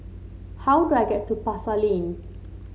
how do I get to Pasar Lane